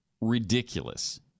ridiculous